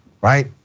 right